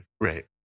right